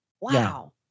Wow